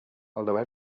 although